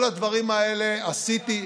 את כל הדברים האלה עשיתי,